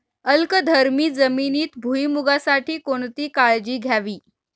अल्कधर्मी जमिनीत भुईमूगासाठी कोणती काळजी घ्यावी?